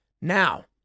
Now